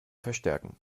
verstärken